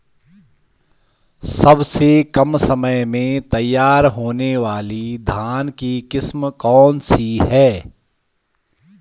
सबसे कम समय में तैयार होने वाली धान की किस्म कौन सी है?